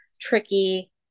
tricky